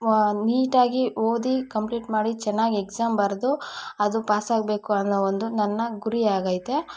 ನೀಟಾಗಿ ಓದಿ ಕಂಪ್ಲೀಟ್ ಮಾಡಿ ಚೆನ್ನಾಗ್ ಏಕ್ಸಾಮ್ ಬರೆದು ಅದು ಪಾಸಾಗಬೇಕು ಅನ್ನೋ ಒಂದು ನನ್ನ ಗುರಿ ಆಗೈತೆ